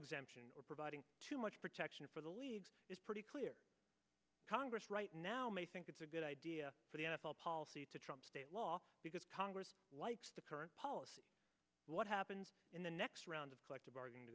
exemption or providing too much protection for the law is pretty clear congress right now may think it's a good idea for the n f l policy to trump state law because congress likes the current policy what happens in the next round of collective bargaining